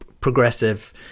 progressive